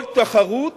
כל תחרות